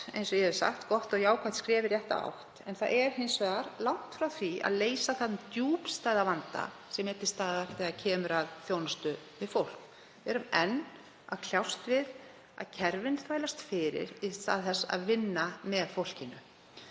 ærinn og þetta er gott og jákvætt skref í rétta átt. Það er hins vegar langt frá því að leysa þann djúpstæða vanda sem er til staðar þegar kemur að þjónustu við fólk. Við erum enn að kljást við að kerfin þvælast fyrir í stað þess að vinna með fólki.